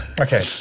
Okay